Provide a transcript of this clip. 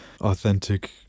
authentic